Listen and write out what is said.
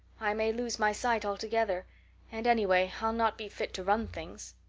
i may lose my sight altogether and anyway i'll not be fit to run things.